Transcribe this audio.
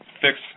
fix